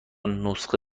نسخه